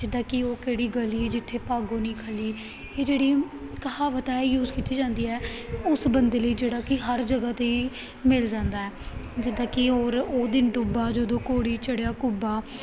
ਜਿੱਦਾਂ ਕਿ ਉਹ ਕਿਹੜੀ ਗਲੀ ਜਿੱਥੇ ਭਾਗੋ ਨਹੀਂ ਖਲੀ ਇਹ ਜਿਹੜੀ ਕਹਾਵਤ ਆ ਇਹ ਯੂਜ਼ ਕੀਤੀ ਜਾਂਦੀ ਹੈ ਉਸ ਬੰਦੇ ਲਈ ਜਿਹੜਾ ਕਿ ਹਰ ਜਗ੍ਹਾ 'ਤੇ ਮਿਲ ਜਾਂਦਾ ਹੈ ਜਿੱਦਾਂ ਕਿ ਔਰ ਉਹ ਦਿਨ ਡੁੱਬਾ ਜਦੋਂ ਘੋੜੀ ਚੜ੍ਹਿਆ ਕੁੱਬਾ